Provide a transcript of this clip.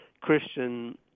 Christian